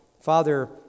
Father